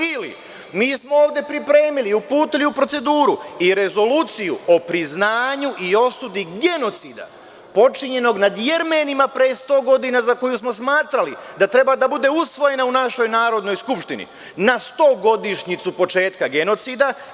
Ili, mi smo ovde pripremili i uputili u proceduru i rezoluciju o priznanju i osudi genocida počinjenog nad Jermenima pre 100 godina, za koju smo smatrali da treba da bude usvojena u našoj Narodnoj skupštini na stogodišnjicu početka genocida.